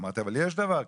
אמרתי: אבל יש דבר כזה.